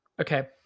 okay